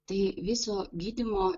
tai viso gydymo